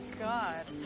God